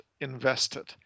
invested